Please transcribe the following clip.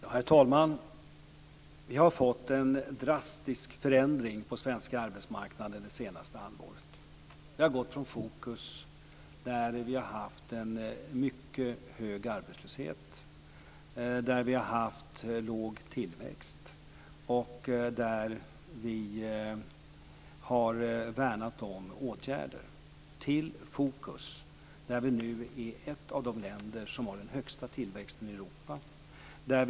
Herr talman! Vi har fått en drastisk förändring på den svenska arbetsmarknaden det senaste halvåret. Vi har gått från fokus på en mycket hög arbetslöshet och en låg tillväxt, där vi har värnat om åtgärder, till fokus på att vi nu är ett av de länder som har den högsta tillväxten i Europa.